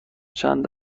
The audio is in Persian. چند